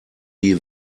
die